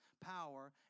power